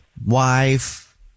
wife